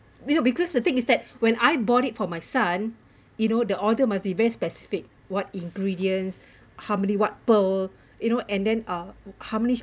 you know because the thing is that when I bought it for my son you know the order must be very specific what ingredients how many what pearl you know and then uh how many